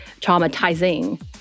traumatizing